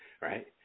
Right